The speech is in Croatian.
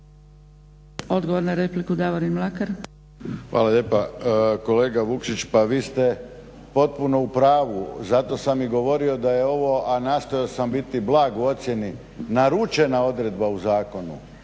Davorin (HDZ)** Hvala vam lijepa. Kolega Vukšić pa vi ste potpuno u pravu zato sam i govorio da je ovo, a nastojao sam biti blag u ocjeni, naručena odredba u zakonu.